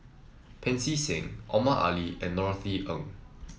Pancy Seng Omar Ali and Norothy Ng